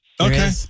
okay